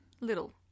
little